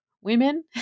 women